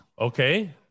Okay